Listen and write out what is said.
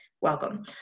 welcome